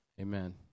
Amen